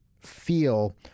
feel